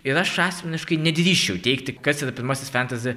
ir aš asmeniškai nedrįsčiau teigti kas yra pirmasis fantasy